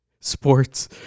sports